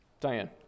Diane